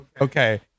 Okay